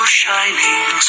shining